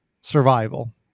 survival